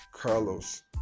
Carlos